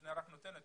המדינה רק נותנת.